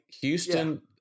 Houston